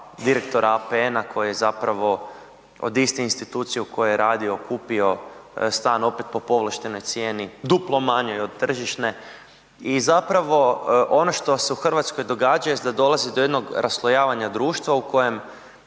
direktora APN-a koji je zapravo od iste institucije u kojoj je radio kupio stan opet po povlaštenoj cijeni, duplo manjoj od tržišne. I zapravo ono što se u Hrvatskoj događa jest da dolazi do jednog raslojavanja društva u kojem